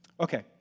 Okay